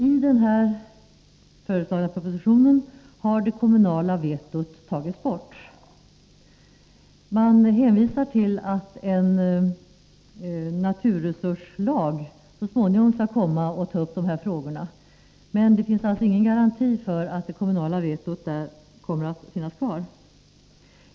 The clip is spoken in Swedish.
I detta förslag till proposition har det kommunala vetot tagits bort. Regeringen hänvisar till att en naturresurslag som så småningom kommer skall ta upp denna fråga, men det finns ingen garanti för att det kommunala vetot kommer att finnas kvar.